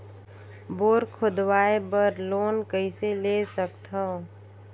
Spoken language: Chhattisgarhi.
बोर खोदवाय बर लोन कइसे ले सकथव?